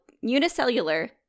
unicellular